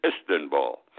Istanbul